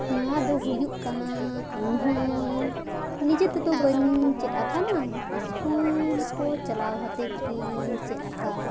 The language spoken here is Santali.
ᱱᱚᱣᱟ ᱫᱚ ᱦᱩᱭᱩᱜ ᱠᱟᱱᱟ ᱤᱧ ᱦᱚᱸ ᱱᱤᱡᱮ ᱛᱮᱫᱚ ᱵᱟᱹᱧ ᱪᱮᱫ ᱟᱠᱟᱱᱟ ᱥᱠᱩᱞ ᱠᱚ ᱪᱟᱞᱟᱣ ᱠᱟᱛᱮᱫ ᱜᱤᱧ ᱪᱮᱫ ᱟᱠᱟᱫᱟ